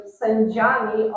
sędziami